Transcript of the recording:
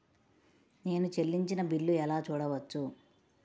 నేను చెల్లించిన బిల్లు ఎలా చూడవచ్చు?